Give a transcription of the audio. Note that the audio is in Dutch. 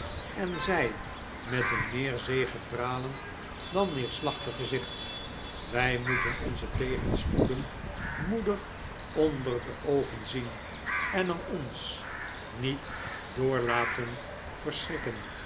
en zei met een meer zegepralend dan neerslachtig gezicht wij moeten onze tegenspoeden moedig onder de oogen zien en er ons niet